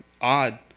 odd